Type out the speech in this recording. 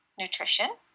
nutrition